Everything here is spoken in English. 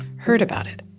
heard about it.